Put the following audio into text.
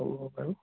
হ'ব হ'ব আৰু